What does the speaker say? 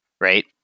Right